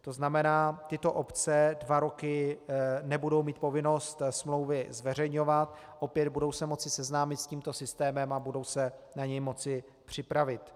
To znamená, tyto obce dva roky nebudou mít povinnost smlouvy zveřejňovat, opět, budou se moci seznámit s tímto systémem a budou se na něj moci připravit.